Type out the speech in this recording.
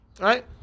Right